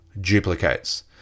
duplicates